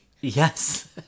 Yes